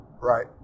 Right